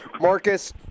Marcus